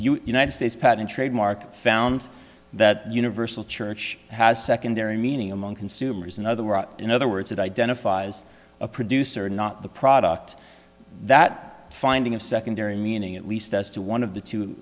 united states patent trademark found that universal church has a secondary meaning among consumers another one in other words that identifies a producer not the product that finding a secondary meaning at least as to one of the two